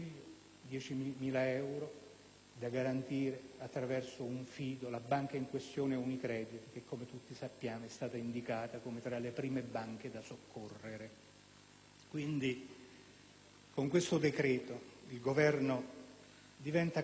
da garantire attraverso un fido. La banca in questione è Unicredit, che - come tutti sappiamo - è stata indicata come tra le prime banche da soccorrere. Con questo decreto il Governo diventa complice delle malefatte